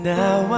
now